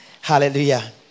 Hallelujah